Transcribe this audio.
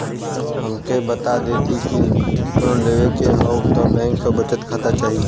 हमके बता देती की लोन लेवे के हव त बैंक में बचत खाता चाही?